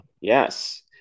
Yes